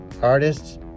artists